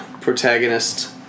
protagonist